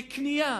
בקנייה,